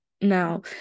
Now